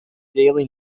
daily